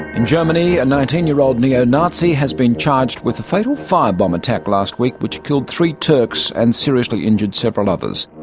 in germany a nineteen year old neo-nazi has been charged with the fatal fire bomb attack last week which killed three turks and seriously injured several others.